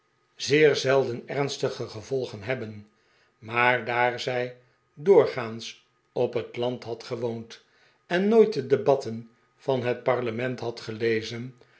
zeer zelden ernstige gevolgen hebben maar daar zij doorgaans op het land had gewoond en nooit de debatten van het parlement had gelezen